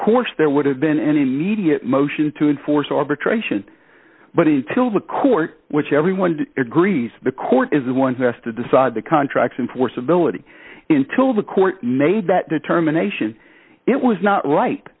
course there would have been an immediate motion to enforce arbitration but until the court which everyone agrees the court is the one who has to decide the contracts and force ability intil the court made that determination it was not right